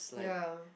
ya